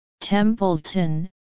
Templeton